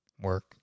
work